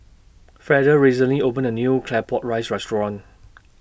Freda recently opened A New Claypot Rice Restaurant